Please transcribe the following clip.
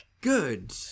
good